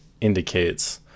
indicates